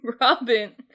Robin